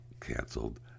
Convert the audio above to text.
canceled